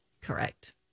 Correct